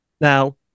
Now